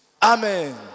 Amen